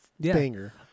Banger